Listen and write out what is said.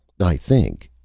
i think,